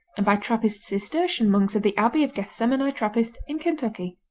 and by trappist cistercian monks at the abbey of gethsemani trappist in kentucky.